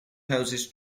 houses